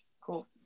Cool